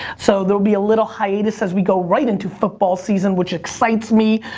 so, there'll be a little hiatus as we go right into football season, which excites me.